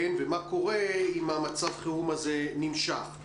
ומה קורה אם מצב החירום הזה נמשך?